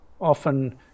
often